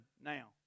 now